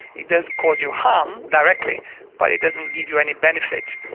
it doesn't cause you harm directly but it doesn't give you any benefit.